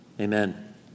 Amen